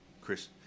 Chris